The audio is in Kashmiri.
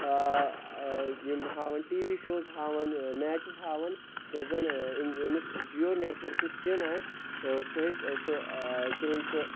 آ یِم ہاوان ٹی وی شوز ہاوان میچز ہاوان یتھ زن یٔمِس جِیو نیٹؤرکٕچ سِم آسہِ سُہ ہیٚکہِ سُہ تِہُنٛد سُہ